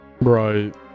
right